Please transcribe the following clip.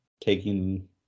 taking